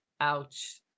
ouch